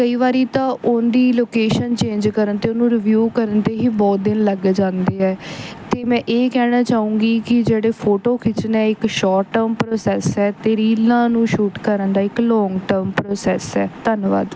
ਕਈ ਵਾਰੀ ਤਾਂ ਉਹਦੀ ਲੋਕੇਸ਼ਨ ਚੇਂਜ ਕਰਨ 'ਤੇ ਉਹਨੂੰ ਰਿਵਿਊ ਕਰਨ ਦੀ ਹੀ ਬਹੁਤ ਦਿਨ ਲੱਗ ਜਾਂਦੇ ਹੈ ਅਤੇ ਮੈਂ ਇਹ ਕਹਿਣਾ ਚਾਹੂੰਗੀ ਕਿ ਜਿਹੜੇ ਫੋਟੋ ਖਿੱਚਣਾ ਇੱਕ ਸ਼ੋਰਟ ਟਰਮ ਪ੍ਰੋਸੈਸ ਹੈ ਅਤੇ ਰੀਲਾਂ ਨੂੰ ਸ਼ੂਟ ਕਰਨ ਦਾ ਇੱਕ ਲੋਂਗ ਟਰਮ ਪ੍ਰੋਸੈਸ ਹੈ ਧੰਨਵਾਦ